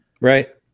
Right